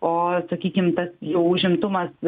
o sakykim tas jau užimtumas